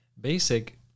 basic